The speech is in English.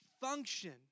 function